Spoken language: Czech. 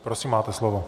Prosím, máte slovo.